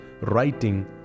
writing